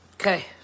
Okay